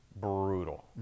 brutal